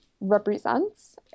represents